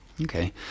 okay